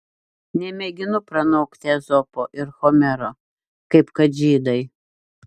nemėginu pranokti ezopo ir homero kaip kad žydai